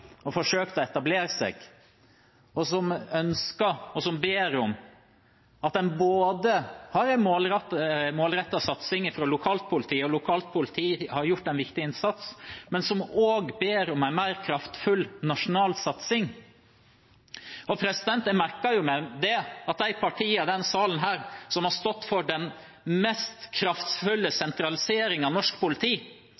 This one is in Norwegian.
å etablere seg. En ønsker og ber om en målrettet satsing fra lokalt politi, og lokalt politi har gjort en viktig innsats, men en ber også om en mer kraftfull nasjonal satsing. Jeg merker meg at de partiene i denne salen som har stått for den mest kraftfulle